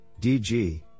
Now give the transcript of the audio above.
DG